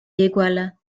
iguala